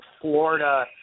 Florida